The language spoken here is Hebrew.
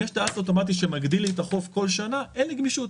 אם יש טייס אוטומטי שמגדיל לי את החוב כל שנה אין לי גמישות,